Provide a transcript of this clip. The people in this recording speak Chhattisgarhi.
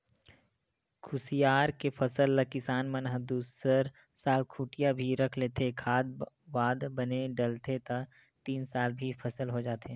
कुसियार के फसल ल किसान मन ह दूसरा साल खूटिया भी रख लेथे, खाद वाद बने डलथे त तीन साल भी फसल हो जाथे